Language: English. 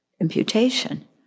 imputation